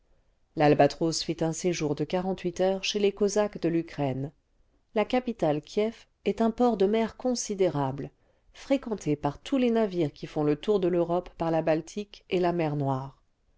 l'albatros fit un séjour de quarante-huit heures chez les cosaques de l'ukraine la capitale kiew est un port de mer considérable fréquenté par tous les navires qui font le tour de l'europe par la baltique et la mer noire